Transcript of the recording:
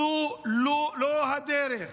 זו לא הדרך.